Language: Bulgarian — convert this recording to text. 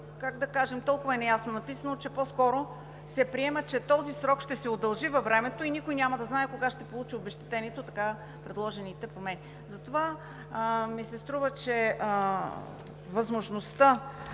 как да кажем, толкова неясно е написано, че по-скоро се приема, че този срок ще се удължи във времето и никой няма да знае кога ще получи обезщетението от така предложените промени. Затова ми се струва, че възможността